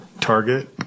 target